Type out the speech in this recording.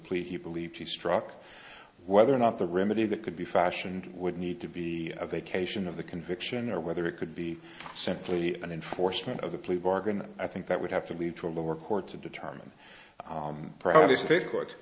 plea he believed he struck whether or not the remedy that could be fashioned would need to be a vacation of the conviction or whether it could be simply an enforcement of the plea bargain and i think that would have to lead to a lower court to determine probably state court